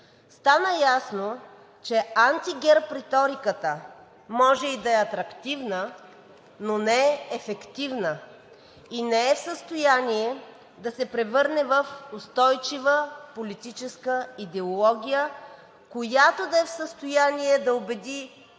Стана ясно, че антигерб риториката може и да е атрактивна, но не ефективна и не е в състояние да се превърне в устойчива политическа идеология, която да е в състояние да убеди и